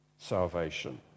Salvation